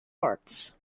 arts